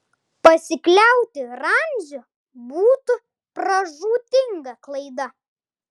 pasikliauti ramziu būtų pražūtinga klaida